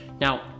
Now